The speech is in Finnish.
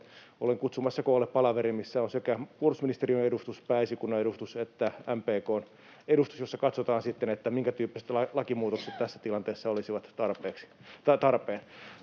olen kutsumassa koolle palaverin, missä on sekä puolustusministeriön edustus, Pääesikunnan edustus että MPK:n edustus ja jossa katsotaan sitten, minkätyyppiset lakimuutokset tässä tilanteessa olisivat tarpeen.